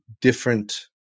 different